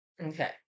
Okay